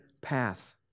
path